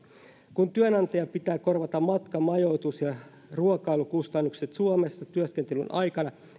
kun työnantajan pitää korvata matka majoitus ja ruokailukustannukset suomessa työskentelyn aikana